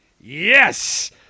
Yes